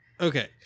Okay